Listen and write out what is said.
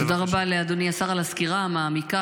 תודה רבה לאדוני השר על הסקירה המעמיקה,